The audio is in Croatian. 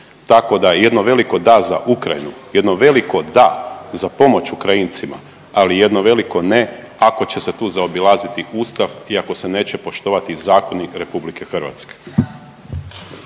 Tako da jedno veliko da za Ukrajinu, jedno veliko da za pomoć Ukrajincima, ali jedno veliko ne ako će se tu zaobilaziti ustav i ako se neće poštovati zakoni RH.